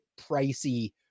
pricey